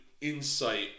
insight